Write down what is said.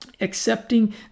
Accepting